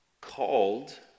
called